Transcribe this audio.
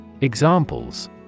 Examples